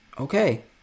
okay